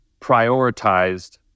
prioritized